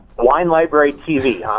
the wine library tv,